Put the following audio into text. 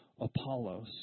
Apollos